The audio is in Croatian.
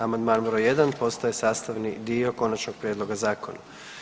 Amandman broj jedan postaje sastavni dio konačnog prijedloga zakona.